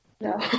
No